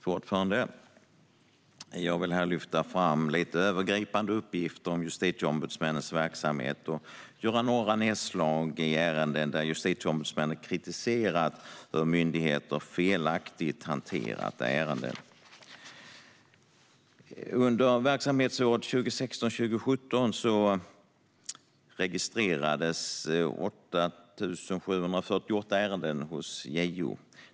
Fru talman! Jag vill lyfta fram några övergripande uppgifter om justitieombudsmännens verksamhet och göra nedslag i några ärenden där justitieombudsmännen har kritiserat myndigheter för felaktig hantering av ärenden. Under verksamhetsåret 2016/17 registrerades 8 748 ärenden hos JO.